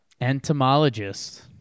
Entomologist